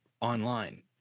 online